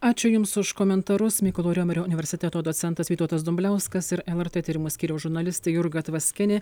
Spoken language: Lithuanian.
ačiū jums už komentarus mykolo romerio universiteto docentas vytautas dumbliauskas ir lrt tyrimų skyriaus žurnalistė jurga tvaskienė